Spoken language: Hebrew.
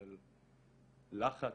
של לחץ,